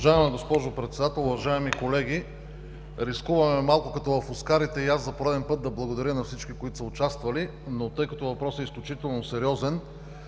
Уважаема госпожо Председател, уважаеми колеги! Рискуваме малко като в „оскарите“ и аз за пореден път да благодаря на всички, които са участвали, но тъй като въпросът е изключително сериозен,